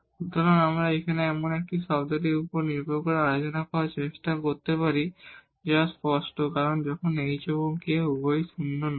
সুতরাং এখন আমরা এখানে এই টার্মটির উপর ভিত্তি করে আচরণ পাওয়ার চেষ্টা করতে পারি যা স্পষ্ট কারণ যখন h এবং k উভয়ই শূন্য নয়